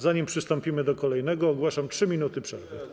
Zanim przystąpimy do kolejnego, ogłaszam 3 minuty przerwy.